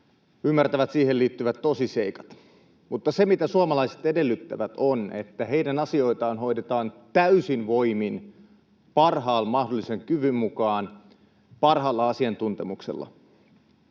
ymmärtävät siihen liittyvät tosiseikat, mutta se, mitä suomalaiset edellyttävät on, että heidän asioitaan hoidetaan täysin voimin, parhaan mahdollisen kyvyn mukaan, parhaalla asiantuntemuksella,